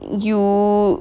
you